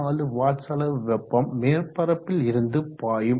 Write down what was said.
24 watts அளவு வெப்பம் மேற்பரப்பில் இருந்து பாயும்